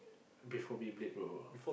before Beyblade bro